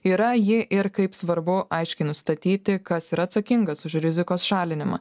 yra ji ir kaip svarbu aiškiai nustatyti kas yra atsakingas už rizikos šalinimą